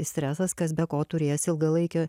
stresas kas be ko turės ilgalaikę